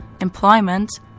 employment